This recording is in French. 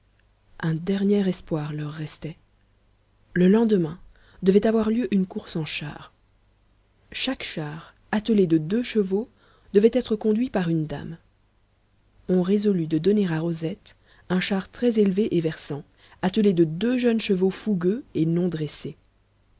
un dernier espoir leur restait le lendemain devait avoir lieu une course en chars chaque char attelé de deux chevaux devait être conduit par une dame on résolut de donner à rosette un char très élevé et versant attelé de deux jeunes chevaux fougueux et non dressés